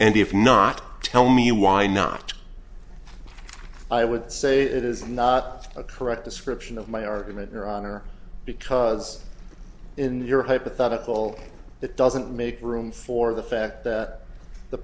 and if not tell me why not i would say it is not a correct description of my argument your honor because in your hypothetical it doesn't make room for the fact that the